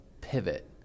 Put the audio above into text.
pivot